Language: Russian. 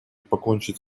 покончить